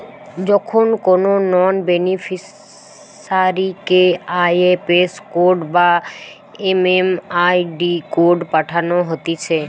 যখন কোনো নন বেনিফিসারিকে আই.এফ.এস কোড বা এম.এম.আই.ডি কোড পাঠানো হতিছে